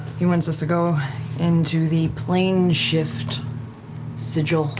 he wants us to go into the plane shift circle,